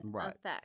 effect